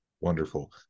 Wonderful